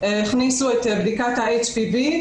הכניסו את בדיקת ה-HPV,